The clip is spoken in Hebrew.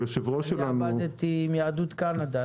היושב-ראש שלנו --- עבדתי עם יהדות קנדה,